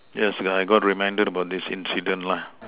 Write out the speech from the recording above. yes I got reminded about this incident lah